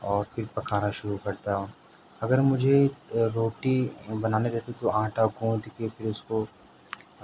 اور پھر پکانا شروع کرتا ہوں اگر مجھے روٹی بنانی رہتی تو آٹا گوندھ کے پھر اس کو